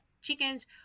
Chickens